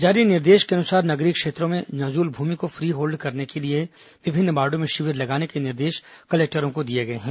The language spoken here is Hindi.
जारी निर्देश के अनुसार नगरीय क्षेत्रों में नजूल भूमि को फ्री होल्ड करने के लिए विभिन्न वार्डों में शिविर लगाने के निर्देश कलेक्टरों को दिए गए हैं